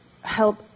help